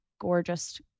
gorgeous